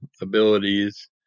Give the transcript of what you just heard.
abilities